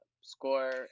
score